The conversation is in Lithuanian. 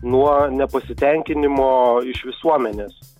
nuo nepasitenkinimo iš visuomenės